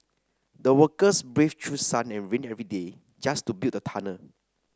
the workers braved through sun and rain every day just to build the tunnel